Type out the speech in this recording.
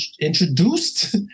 introduced